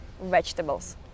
vegetables